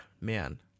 man